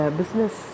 business